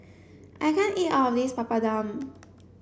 I can't eat all of this Papadum